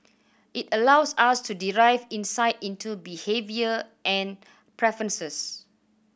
it allows us to derive insight into behaviour and preferences